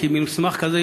כי מסמך כזה,